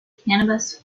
cannabis